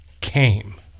came